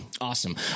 awesome